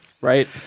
Right